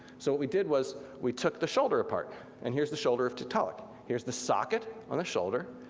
so what we did was, we took the shoulder apart. and here's the shoulder of tiktaalik. here's the socket on the shoulder,